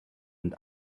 and